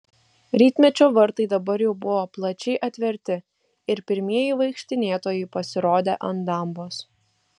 rytmečio vartai dabar jau buvo plačiai atverti ir pirmieji vaikštinėtojai pasirodė ant dambos